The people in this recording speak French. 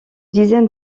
dizaine